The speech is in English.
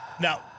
Now